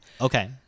Okay